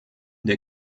der